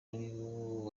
ariko